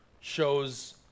shows